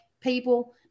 people